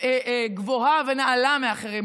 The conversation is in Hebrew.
גבוהה ונעלה מהאחרים.